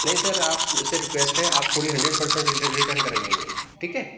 نہیں سر آپ سے ریکویسٹ ہے آپ پوری ہنڈریٹ پرسنٹ ریٹرن کرائیے میری ٹھیک ہے